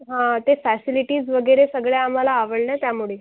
हा ते फॅसिलिटीज् वगैरे सगळ्या आम्हाला आवडल्या त्यामुळे